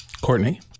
Courtney